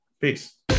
Peace